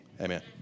Amen